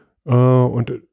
Und